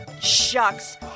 Shucks